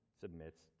submits